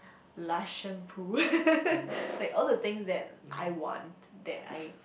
Lush shampoo like all the things that I want that I